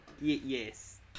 Yes